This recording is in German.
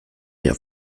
der